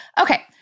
Okay